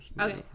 Okay